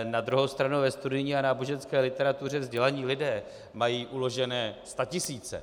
Na druhou stranu ve studijní a náboženské literatuře vzdělaní lidé mají uložené statisíce.